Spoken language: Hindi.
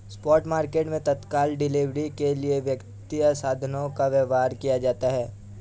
स्पॉट मार्केट मैं तत्काल डिलीवरी के लिए वित्तीय साधनों का व्यापार किया जाता है